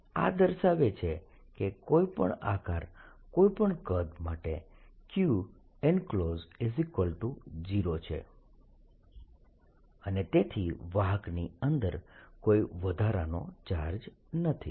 આ દર્શાવે છે કે કોઈ પણ આકાર કોઈ પણ કદ માટે qenclosed0 છે અને તેથી વાહકની અંદર કોઈ વધારાનો ચાર્જ નથી